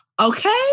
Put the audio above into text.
okay